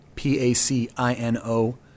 P-A-C-I-N-O